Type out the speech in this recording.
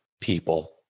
people